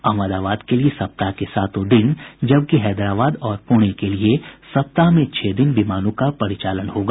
अहमदाबाद के लिये सप्ताह के सातों दिन जबकि हैदराबाद और पुणे के लिये सप्ताह में छह दिन विमानों का परिचालन किया जायेगा